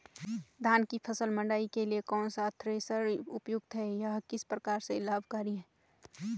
धान की फसल मड़ाई के लिए कौन सा थ्रेशर उपयुक्त है यह किस प्रकार से लाभकारी है?